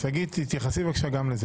שגית, תתייחסי גם לזה.